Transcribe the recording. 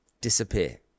Disappear